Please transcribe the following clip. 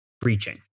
preaching